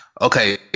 Okay